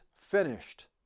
finished